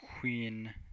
Queen